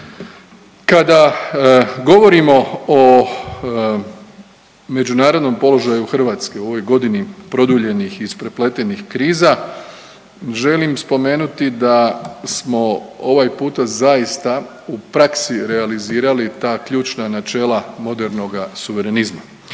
Kada govorimo o međunarodnom položaju Hrvatske u ovoj godini produljenih i isprepletenih kriza, želim spomenuti da smo ovaj puta zaista u praksi realizirali ta ključna načela modernoga suverenizma,